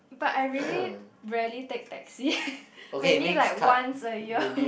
but I really rarely take taxi maybe like once a year